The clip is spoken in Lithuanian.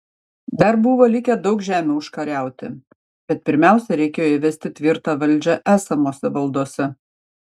dar buvo likę daug žemių užkariauti bet pirmiausia reikėjo įvesti tvirtą valdžią esamose valdose